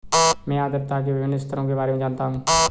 मैं आर्द्रता के विभिन्न स्तरों के बारे में जानना चाहता हूं